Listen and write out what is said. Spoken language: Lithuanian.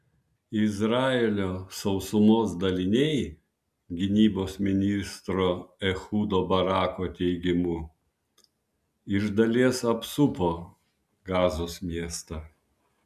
izraelio sausumos daliniai gynybos ministro ehudo barako teigimu iš dalies apsupo gazos miestą